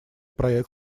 проект